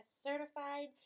certified